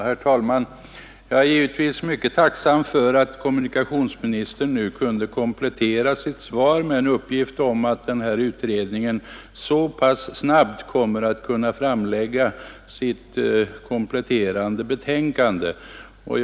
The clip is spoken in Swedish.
Herr talman! Jag är givetvis mycket tacksam för att kommunikationsministern nu kunde komplettera sitt svar med uppgiften att den tillsatta utredningen kommer att framlägga sitt kompletterande betänkande så pass snabbt.